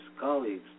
colleagues